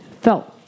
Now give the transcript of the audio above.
felt